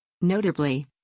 Notably